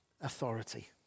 authority